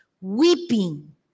weeping